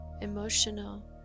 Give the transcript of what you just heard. emotional